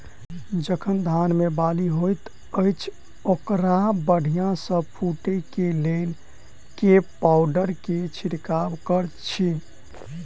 जखन धान मे बाली हएत अछि तऽ ओकरा बढ़िया सँ फूटै केँ लेल केँ पावडर केँ छिरकाव करऽ छी?